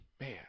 Man